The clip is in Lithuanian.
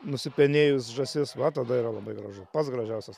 nusipenėjus žąsis va tada yra labai gražu pats gražiausias